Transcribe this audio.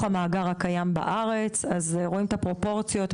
המאגר הקיים בארץ רואים את הפרופורציות,